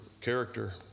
character